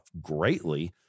greatly